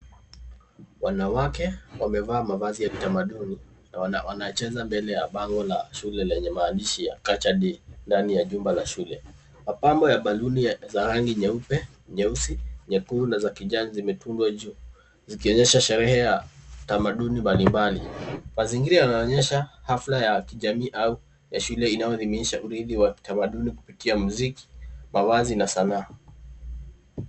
Wanawake wamevaa mavazi ya kitamaduni na wanacheza mbele ya bango la shule lenye maandishi ya Kachadi ndani ya chumba la shule. Mapambo ya baluni za rangi nyeupe, nyeusi, nyekundu na za kijani zimetundwa juu zikionyesha sherehe ya tamaduni mbali mbali. Mazingira yanaonyesha hafla ya kijamii au ya shule inayodumisha urithi wa kitamaduni kupitia mziki, mavazi na sanaa.